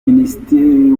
minisitiri